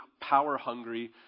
power-hungry